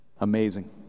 Amazing